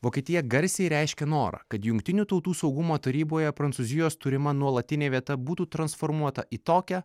vokietija garsiai reiškia norą kad jungtinių tautų saugumo taryboje prancūzijos turima nuolatinė vieta būtų transformuota į tokią